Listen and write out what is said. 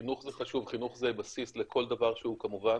חינוך זה חשוב, חינוך זה בסיס לכל דבר שהוא כמובן,